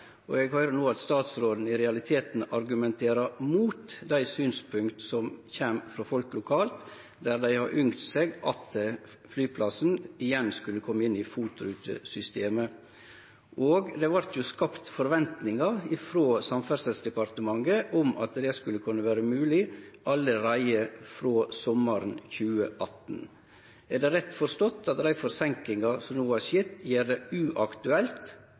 og eg høyrer no at statsråden i realiteten argumenter mot dei synspunkta som kjem frå folk lokalt, som har ynskt at flyplassen igjen skulle kome inn i FOT-rutesystemet, og det vart jo skapt forventningar frå Samferdselsdepartementet om at det skulle kunne vere mogleg allereie frå sommaren 2018. Er det rett forstått at dei forseinkingane som no har skjedd, gjer det uaktuelt